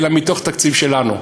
אלא מתוך תקציב שלנו,